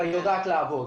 יודעת לעבוד.